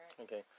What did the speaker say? Okay